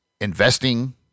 investing